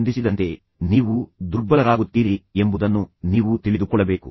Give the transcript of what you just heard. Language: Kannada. ಈಗ ಅಂತಹ ಚರ್ಚೆಗೆ ಅನುಕೂಲಕರವಾದ ವಾತಾವರಣವನ್ನು ಆಯ್ಕೆ ಮಾಡಿ